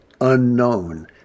unknown